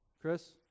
Chris